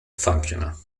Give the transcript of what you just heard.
functional